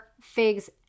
figs